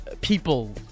people